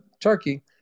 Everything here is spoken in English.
Turkey